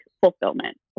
fulfillment